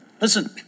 Listen